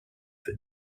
für